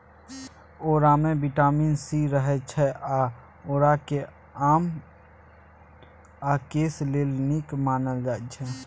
औरामे vitamin C रहय छै आ औराकेँ चाम आ केस लेल नीक मानल जाइ छै